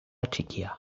txikia